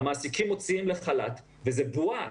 המעסיקים מוציאים לחל"ת, וזה בועה.